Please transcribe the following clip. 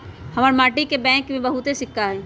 हमरा माटि के बैंक में बहुते सिक्का हई